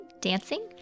dancing